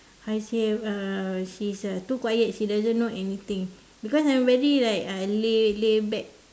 how you say uh she's err too quiet she doesn't know anything because I am very like uh lay lay back